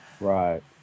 Right